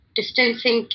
...distancing